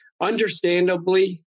understandably